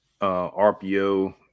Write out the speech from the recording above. RPO